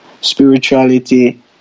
Spirituality